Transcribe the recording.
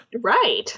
Right